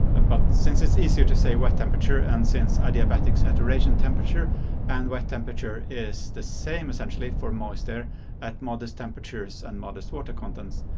ah but since it's easier to say wet temperature and since adiabatic saturation temperature and wet temperature is the same for for moist air at modest temperatures and modest water contents,